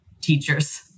teachers